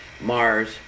Mars